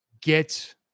get